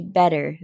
better